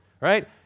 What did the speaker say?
right